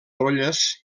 brolles